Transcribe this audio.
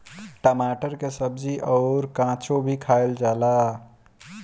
टमाटर के सब्जी अउर काचो भी खाएला जाला